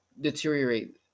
deteriorate